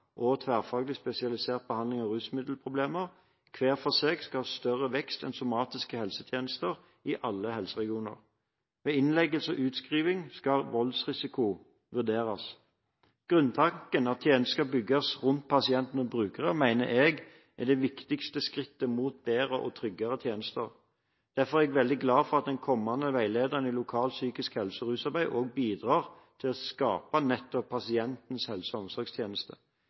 og tverrfaglig spesialisert behandling av rusmiddelproblemer hver for seg skal ha større vekst enn somatiske helsetjenester i alle helseregioner. Ved innleggelse og utskriving skal voldsrisiko vurderes. Grunntanken om at tjenestene skal bygges rundt pasientene og brukerne mener jeg er det viktigste skrittet mot bedre og tryggere tjenester. Derfor er jeg veldig glad for at den kommende veilederen i lokalt psykisk helse- og rusarbeid også bidrar til å skape nettopp pasientens helse- og omsorgstjeneste.